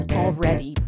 already